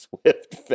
Swift